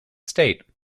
state